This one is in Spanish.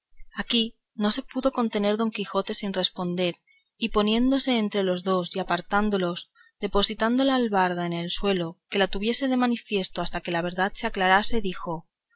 aquí no se pudo contener don quijote sin responder y poniéndose entre los dos y apartándoles depositando la albarda en el suelo que la tuviese de manifiesto hasta que la verdad se aclarase dijo